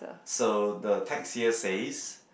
so the text here says